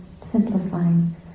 simplifying